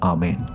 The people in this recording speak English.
Amen